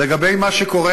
לגבי מה שקורה